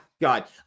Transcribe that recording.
God